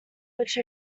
which